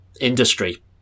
industry